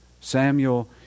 Samuel